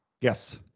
Yes